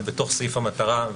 היא בתוך סעיף המטרה,